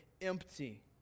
empty